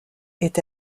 est